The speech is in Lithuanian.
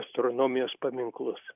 astronomijos paminklus